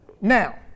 Now